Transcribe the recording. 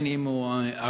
אם הוא ערבי,